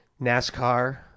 NASCAR